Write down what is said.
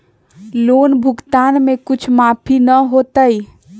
Loan भुगतान में कुछ माफी न होतई?